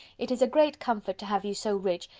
it is a great comfort to have you so rich,